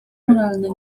moralny